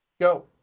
Go